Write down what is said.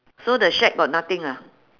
so the shack got nothing ah